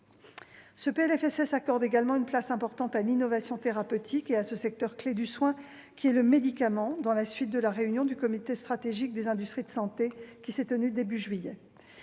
sociale accorde également une place importante à l'innovation thérapeutique et à ce secteur clé du soin qu'est le médicament, dans la suite de la réunion du Comité stratégique des industries de santé, qui s'est tenue au début du